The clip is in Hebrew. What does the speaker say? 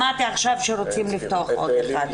שמעתי עכשיו שרוצים לפתוח עוד אחד.